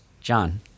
John